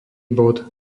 bod